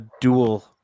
dual